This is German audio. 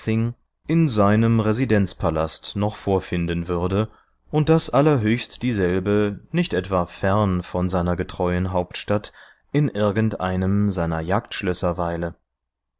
in seinem residenzpalast noch vorfinden würde und daß allerhöchst dieselbe nicht etwa fern von seiner getreuen hauptstadt in irgendeinem seiner jagdschlösser weile